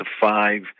five